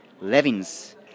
Levins